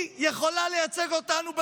היא יכולה לייצג אותנו בחו"ל?